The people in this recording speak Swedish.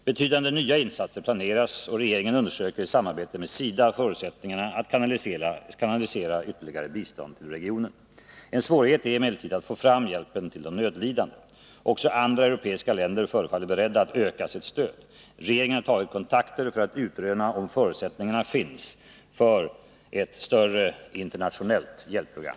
Betydande nya insatser planeras, och regeringen undersöker i samarbete med SIDA förutsättningarna att kanalisera ytterligare bistånd till regionen. En svårighet är emellertid att få fram hjälpen till de nödlidande. Också andra europeiska länder förefaller beredda att öka sitt stöd. Regeringen har tagit kontakter för att utröna om förutsättningar finns för ett större internationellt hjälpprogram.